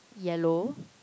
yellow